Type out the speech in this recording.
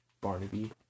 Barnaby